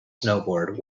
snowboard